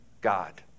God